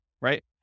right